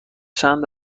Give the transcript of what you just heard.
چند